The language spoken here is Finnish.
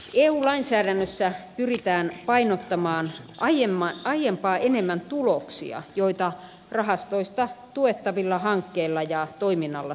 eu lainsäädännössä pyritään painottamaan aiempaa enemmän tuloksia joita rahastoista tuettavilla hankkeilla ja toiminnalla saavutetaan